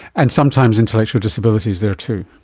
and sometimes intellectual disability is there too.